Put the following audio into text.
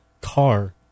car